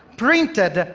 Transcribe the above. printed